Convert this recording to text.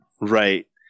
right